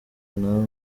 ntawe